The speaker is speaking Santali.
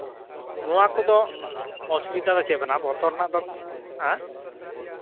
ᱱᱚᱣᱟ ᱠᱚᱫᱚ ᱚᱥᱩᱵᱤᱫᱷᱟ ᱫᱚ ᱪᱮᱫ ᱢᱮᱱᱟᱜᱼᱟ ᱵᱚᱛᱚᱨ ᱨᱮᱱᱟᱜ ᱫᱚ